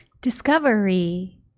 Discovery